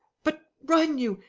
but run, you!